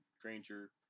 Granger